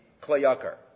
Klayakar